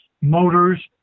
motors